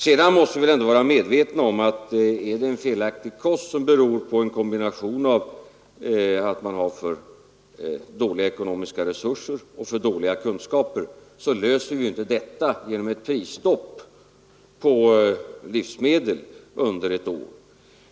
Sedan måste vi vara medvetna om att om den felaktiga kosten beror på en kombination av för dåliga ekonomiska resurser och för dåliga kunskaper, så löser man inte det problemet genom ett prisstopp på livsmedel under ett år.